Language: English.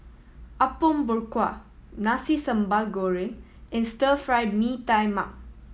Apom Berkuah Nasi Sambal Goreng and Stir Fry Mee Tai Mak